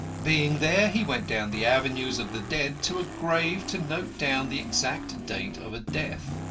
being there, he went down the avenues of the dead to a grave to note down the exact date of a death.